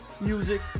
music